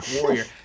warrior